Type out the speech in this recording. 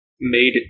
made